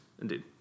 indeed